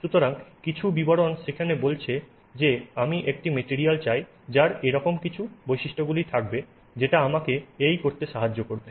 সুতরাং কিছু বিবরণ সেখানে বলছে যে আমি একটি মেটেরিয়াল চাই যার এরকম কিছু বৈশিষ্ট্যগুলি থাকবে যেটা আমাকে এই করতে সাহায্য করবে